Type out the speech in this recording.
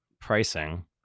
pricing